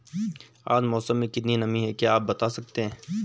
आज मौसम में कितनी नमी है क्या आप बताना सकते हैं?